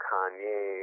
Kanye